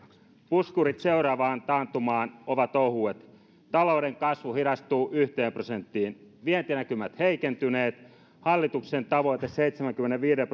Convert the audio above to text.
puskurit seuraavaan taantumaan ovat ohuet talouden kasvu hidastuu yhteen prosenttiin vientinäkymät heikentyneet hallituksen tavoite seitsemänkymmenenviiden